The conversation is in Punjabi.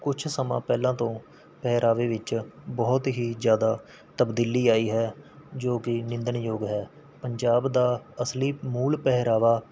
ਕੁੱਛ ਸਮਾਂ ਪਹਿਲਾਂ ਤੋਂ ਪਹਿਰਾਵੇ ਵਿੱਚ ਬਹੁਤ ਹੀ ਜ਼ਿਆਦਾ ਤਬਦੀਲੀ ਆਈ ਹੈ ਜੋ ਕਿ ਨਿੰਦਣਯੋਗ ਹੈ ਪੰਜਾਬ ਦਾ ਅਸਲੀ ਮੂਲ ਪਹਿਰਾਵਾ